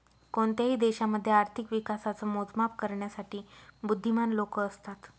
कोणत्याही देशामध्ये आर्थिक विकासाच मोजमाप करण्यासाठी बुध्दीमान लोक असतात